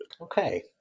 Okay